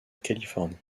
californie